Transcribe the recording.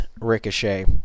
Ricochet